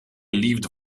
liefde